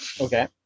okay